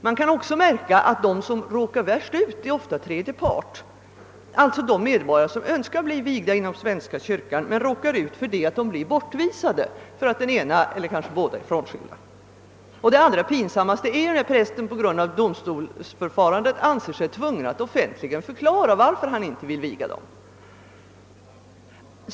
Man märker också att de som råkar värst ut ofta är tredje part, d.v.s. de medborgare som önskar bli vigda i svenska kyrkan men som blir bortvisade därför att den ene eller kanske båda är frånskilda. Pinsammast är när prästen på grund av domstolsförfarande anser sig tvungen att offentligt förklara varför han inte vill viga vederbörande.